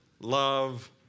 love